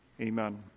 Amen